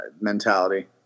mentality